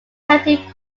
county